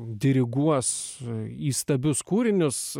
diriguos įstabius kūrinius